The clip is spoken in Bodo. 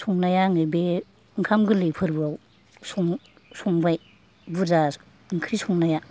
संनायआ आङो बे ओंखाम गोरलै फोरबोआव सं संबाय बुरजा ओंख्रि संनाया